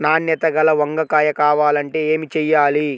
నాణ్యత గల వంగ కాయ కావాలంటే ఏమి చెయ్యాలి?